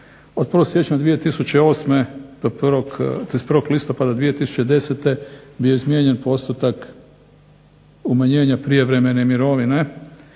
2008. do 31. listopada 2010. bio izmijenjen postotak umanjenja prijevremene mirovine